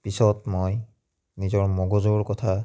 পিছত মই নিজৰ মগজুৰ কথা